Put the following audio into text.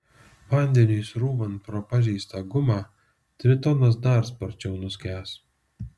vandeniui srūvant pro pažeistą gumą tritonas dar sparčiau nuskęs